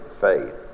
faith